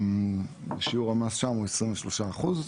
שיעור המס שם הוא 23 אחוז,